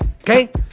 Okay